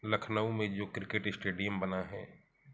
लखनऊ में जो cricket stadium बना है